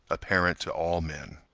apparent to all men.